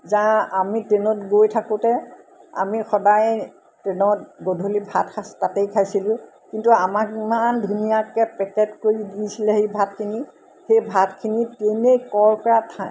যা আমি ট্ৰেইনত গৈ থাকোঁতে আমি সদায় ট্ৰেইনত গধূলি ভাতসাঁজ তাতেই খাইছিলোঁ কিন্তু আমাক ইমান ধুনীয়াকৈ পেকেট কৰি দিছিলে সেই ভাতখিনি সেই ভাতখিনি ট্ৰেইনেই ক'ৰ পৰা ঠাই